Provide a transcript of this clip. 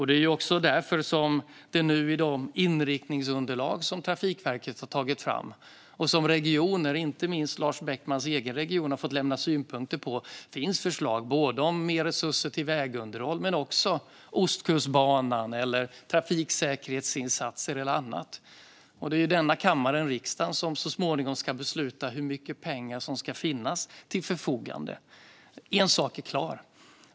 Det är också därför som det nu i de inriktningsunderlag som Trafikverket har tagit fram och som regioner, inte minst Lars Beckmans egen hemregion, har fått lämna synpunkter på finns förslag om mer resurser till vägunderhåll och till Ostkustbanan, trafiksäkerhetsinsatser och annat. Det är denna kammare i riksdagen som så småningom ska besluta hur mycket pengar som ska finnas till förfogande. En sak är klar.